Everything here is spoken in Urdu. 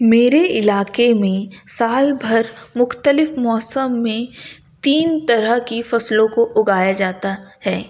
میرے علاقے میں سال بھر مختلف موسم میں تین طرح کی فصلوں کو اگایا جاتا ہے